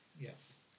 yes